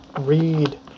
read